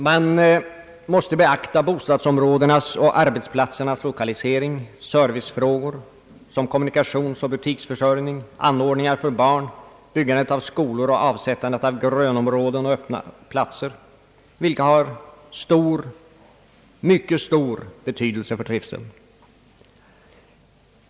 Man måste beakta bostadsområdenas och arbetsplatsernas lokalisering, servicefrågor som kommunikationsoch butiksförsörjning, anordningar för barn, byggandet av skolor och avsättandet av grönområden och öppna platser, vilka har mycket stor betydelse för trivseln.